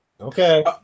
Okay